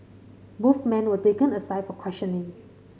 both men were taken aside for questioning